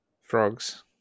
Frogs